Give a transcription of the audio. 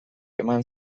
eman